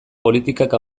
politikak